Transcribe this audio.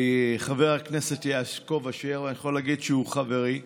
חבר הכנסת יעקב אשר, אני יכול להגיד שהוא חברי,